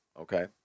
okay